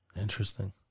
Interesting